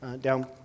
down